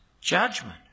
judgment